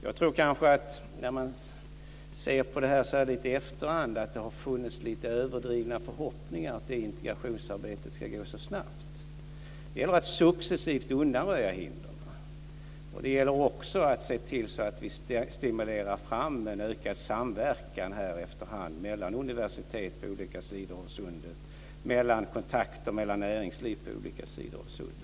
När man ser på detta lite i efterhand tror jag att det har funnits lite överdrivna förhoppningar till att detta integrationsarbete ska gå så snabbt. Det gäller att successivt undanröja hindren. Det gäller också att se till att vi stimulerar fram en ökad samverkan efterhand mellan universitet på olika sidor om sundet och ökade kontakter mellan näringsliv på olika sidor om sundet.